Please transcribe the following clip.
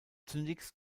zunächst